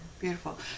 beautiful